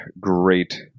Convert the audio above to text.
great